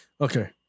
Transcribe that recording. Okay